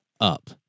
up